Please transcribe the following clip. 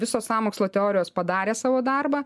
visos sąmokslo teorijos padarė savo darbą